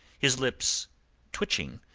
his lips twitching,